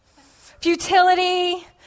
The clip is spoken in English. futility